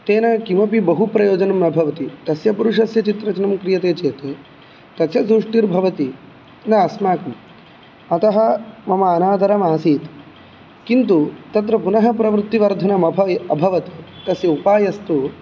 तेन किमपि बहु प्रयोजनं न भवति तस्य पुरुस्य चित्ररचनं क्रियते चेत् तस्य तुष्टिर्भवति न अस्माकं अतः मम अनादरमासीत् किन्तु तत्र पुनः प्रवृत्तिवर्धनमभय् अभवत् तस्य उपायस्तु